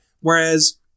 Whereas